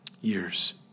years